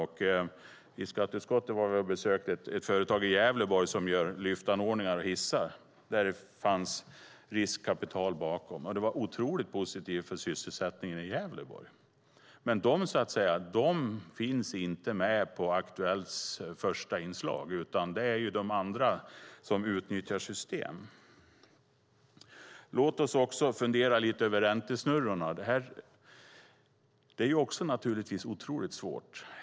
Vi i skatteutskottet var och besökte ett företag i Gävleborg som gör lyftanordningar och hissar. Där fanns riskkapital bakom, och det var oerhört positivt för sysselsättningen i Gävleborg. Men de finns inte med som första inslag i Aktuellt . Det är de som utnyttjar systemen som syns. Låt oss även fundera lite grann på räntesnurrorna.